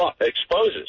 exposes